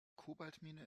kobaltmine